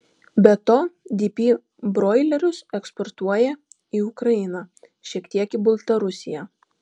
be to dp broilerius eksportuoja į ukrainą šiek tiek į baltarusiją